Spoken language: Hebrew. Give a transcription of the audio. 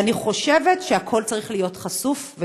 ואני חושבת שהכול צריך להיות חשוף,